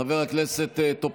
חבר הכנסת טופורובסקי,